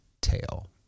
tail